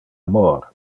amor